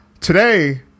Today